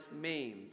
maimed